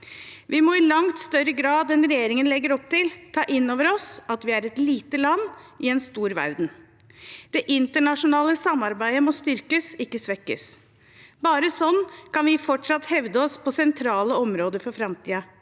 Vi må i langt større grad enn regjeringen legger opp til, ta inn over oss at vi er et lite land i en stor verden. Det internasjonale samarbeidet må styrkes, ikke svekkes. Bare slik kan vi fortsatt hevde oss på sentrale områder for framtiden.